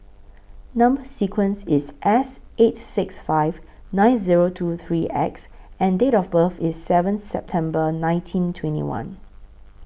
Number sequence IS S eight six five nine Zero two three X and Date of birth IS seven September nineteen twenty one